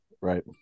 Right